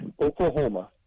Oklahoma